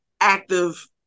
active